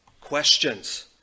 questions